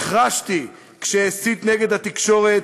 החרשתי כשהסית נגד התקשורת,